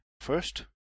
first